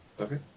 Okay